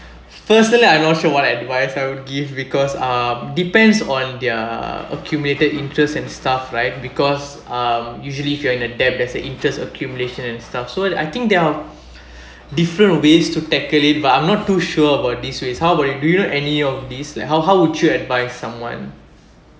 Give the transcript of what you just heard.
personally I'm not sure what advice I would give because uh depends on their accumulated interest and stuff right because um usually if you are in a debt there's a interest accumulation and stuff so I think there are different ways to tackle it but I'm not too sure about these ways how about you do you know any of these like how how would you advise someone